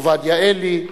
עובדיה עלי,